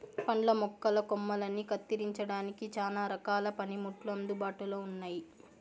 పండ్ల మొక్కల కొమ్మలని కత్తిరించడానికి చానా రకాల పనిముట్లు అందుబాటులో ఉన్నయి